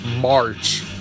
march